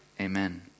Amen